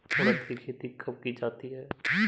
उड़द की खेती कब की जाती है?